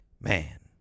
man